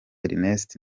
ernest